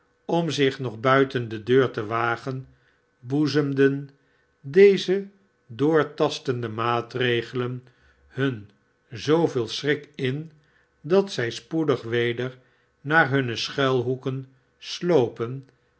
om zich nog buiten de deur te wagen boezemden deze doortastende maatregelen hun zooveel schrik in dat zij spoedig weder naar hunne schuilhoeken slopen